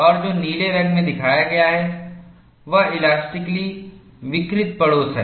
और जो नीले रंग में दिखाया गया है वह इलास्टिकली विकृत पड़ोस है